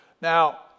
Now